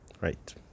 right